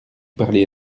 parlez